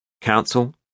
Council